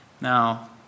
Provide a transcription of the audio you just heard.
Now